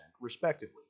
respectively